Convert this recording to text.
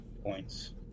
points